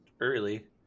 early